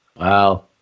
Wow